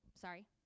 Sorry